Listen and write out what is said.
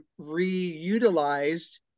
reutilized